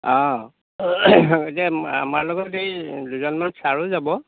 এতিয়া আমাৰ লগত এই দুজনমান চাৰো যাব